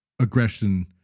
aggression